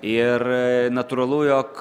ir natūralu jog